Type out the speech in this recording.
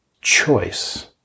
choice